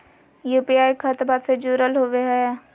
UPI खतबा से जुरल होवे हय?